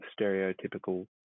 stereotypical